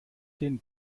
den